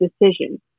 decision